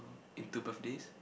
into birthdays